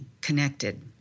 connected